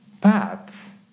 path